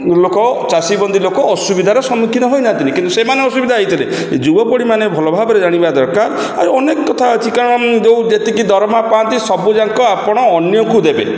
ଲୋକ ଚାଷୀ ବନ୍ଦୀ ଲୋକ ଅସୁବିଧାର ସମ୍ମୁଖୀନ ହୋଇନାହାନ୍ତିନି କିନ୍ତୁ ସେମାନେ ଅସୁବିଧା ହୋଇଥିଲେ ଯୁବପିଢ଼ିମାନେ ଭଲ ଭାବରେ ଜାଣିବା ଦରକାର ଆଉ ଅନେକ କଥା ଅଛି କାରଣ ଯେଉଁ ଯେତିକି ଦରମା ପାଆନ୍ତି ସବୁଯାକ ଆପଣ ଅନ୍ୟକୁ ଦେବେ